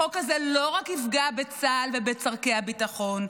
החוק הזה לא רק יפגע בצה"ל ובצורכי הביטחון,